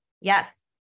Yes